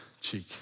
cheek